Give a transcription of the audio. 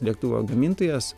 lėktuvo gamintojas